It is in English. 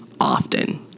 often